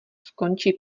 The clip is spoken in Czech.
skončí